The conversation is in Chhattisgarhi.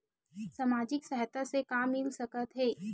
सामाजिक सहायता से का मिल सकत हे?